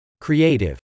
Creative